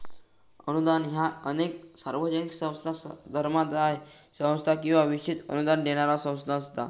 अनुदान ह्या अनेकदा सार्वजनिक संस्था, धर्मादाय संस्था किंवा विशेष अनुदान देणारा संस्था असता